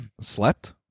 slept